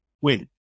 win